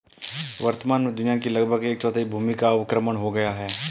वर्तमान में दुनिया की लगभग एक चौथाई भूमि का अवक्रमण हो गया है